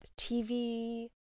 TV